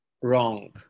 wrong